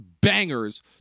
bangers